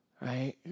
right